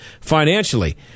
financially